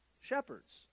shepherds